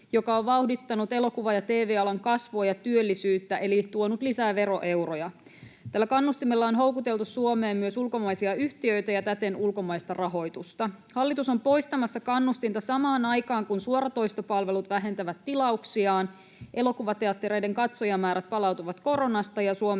joka on vauhdittanut elokuva- ja tv-alan kasvua ja työllisyyttä, eli tuonut lisää veroeuroja. Tällä kannustimella on houkuteltu Suomeen myös ulkomaisia yhtiöitä ja täten ulkomaista rahoitusta. Hallitus on poistamassa kannustinta samaan aikaan, kun suoratoistopalvelut vähentävät tilauksiaan, elokuvateattereiden katsojamäärät palautuivat koronasta, ja Suomen